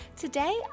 Today